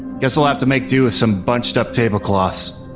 guess i'll have to make do with some bunched up tablecloths.